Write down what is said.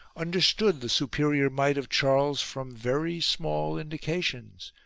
understood the superior might of charles from very small indications,